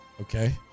Okay